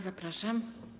Zapraszam.